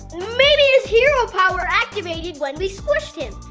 maybe, his hero power activated when we squished him!